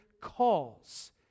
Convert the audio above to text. calls